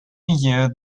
year